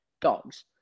dogs